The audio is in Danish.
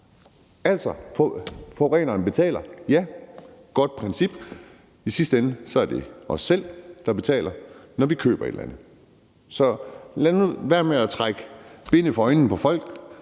Altså, forureneren betaler. Ja, og det er et godt princip, men i sidste ende er det os selv, der betaler, når vi køber et eller andet. Så lad nu være med at stikke folk blår i øjnene.